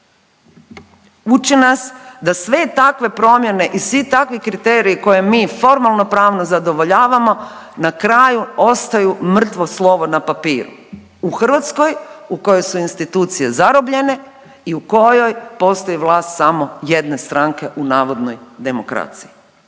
Uči nas da sve takve promjene i svi takvi kriteriji koje mi formalnopravno zadovoljavamo, na kraju ostaju mrtvo slovo na papiru, u Hrvatskoj u kojoj su institucije zarobljene i u kojoj postoji vlast samo jedne stranke u navodnoj demokraciji.